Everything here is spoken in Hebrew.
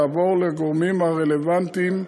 יעבור לגורמים הרלוונטיים,